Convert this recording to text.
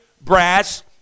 brass